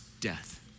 death